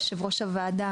יושב ראש הוועדה,